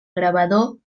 gravador